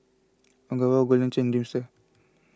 Ogawa Golden Churn Dreamster